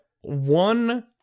one